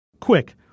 Quick